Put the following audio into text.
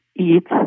eat